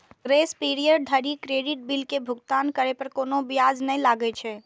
grace period धरि credit bill के भुगतान करै पर कोनो ब्याज नै लागै छै